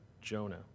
Jonah